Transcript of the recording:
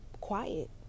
quiet